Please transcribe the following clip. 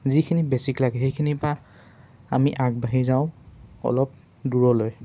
যিখিনি বেচিক লাগে সেইখিনিৰপৰা আমি আগবাঢ়ি যাওঁ অলপ দূৰলৈ